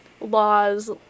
laws